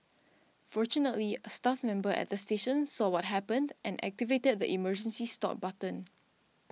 fortunately a staff member at the station saw what happened and activated the emergency stop button